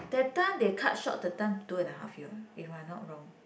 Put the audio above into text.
that time they cut short the time two and a half year if I'm not wrong